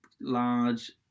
large